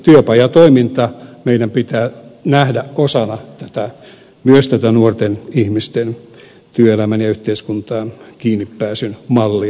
työpajatoiminta meidän pitää nähdä osana myös tätä nuorten ihmisten työelämään ja yhteiskuntaan kiinnipääsyn mallia